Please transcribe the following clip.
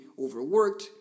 overworked